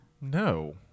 No